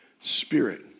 spirit